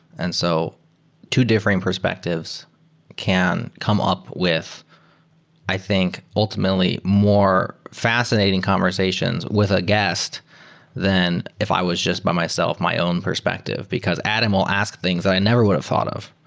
and so two different perspectives can come up with i think ultimately more fascinating conversations with a guest than if i was just by myself, my own perspective, because adam will ask things that i never would've thought of,